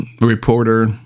reporter